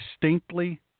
distinctly